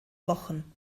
wochen